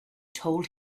told